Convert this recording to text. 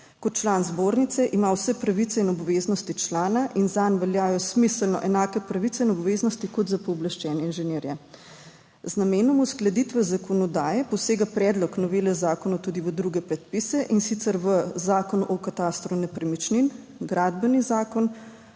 Kot član zbornice ima vse pravice in obveznosti člana in zanj veljajo smiselno enake pravice in obveznosti kot za pooblaščene inženirje. Z namenom uskladitve zakonodaje posega predlog novele zakona tudi v druge predpise, in sicer v Zakon o katastru nepremičnin, Gradbeni zakon,